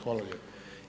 Hvala lijepa.